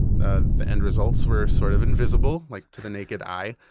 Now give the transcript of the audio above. the the end results were sort of invisible like to the naked eye,